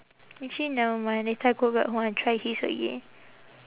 actually never mind later I go back home I try his again